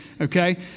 Okay